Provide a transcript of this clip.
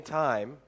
time